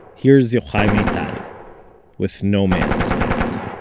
here's yochai maital with no man's land